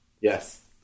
Yes